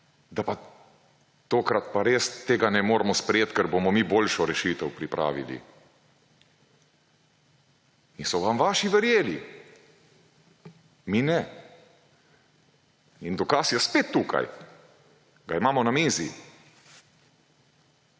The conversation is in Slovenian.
da pa tokrat pa res tega ne moremo sprejet, ker bomo mi boljšo rešitev pripravili. In so vam vaši verjeli. Mi ne. In dokaz je spet tukaj, ga imamo na mizi.